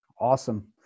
awesome